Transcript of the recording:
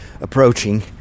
approaching